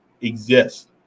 exist